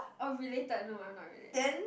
orh related no I'm not related